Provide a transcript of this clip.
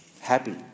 happy